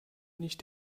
nicht